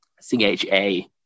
c-h-a